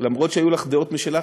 למרות שהיו לך דעות משלך,